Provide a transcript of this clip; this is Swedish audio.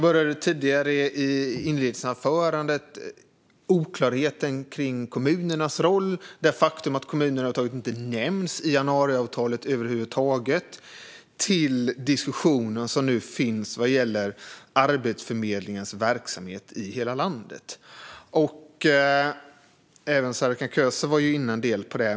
I mitt inledningsanförande berörde jag oklarheten kring kommunernas roll och det faktum att kommunerna över huvud taget inte nämns i januariavtalet kopplat till den diskussion som nu finns vad gäller Arbetsförmedlingens verksamhet i hela landet. Även Serkan Köse var inne en del på det.